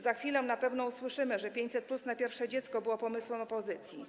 Za chwilę na pewno usłyszymy, że 500+ na pierwsze dziecko było pomysłem opozycji.